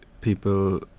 people